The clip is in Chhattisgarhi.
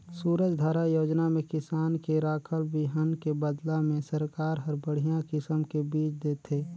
सूरजधारा योजना में किसान के राखल बिहन के बदला में सरकार हर बड़िहा किसम के बिज देथे